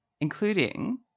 including